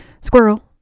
squirrel